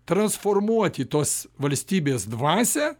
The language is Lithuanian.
transformuoti tos valstybės dvasią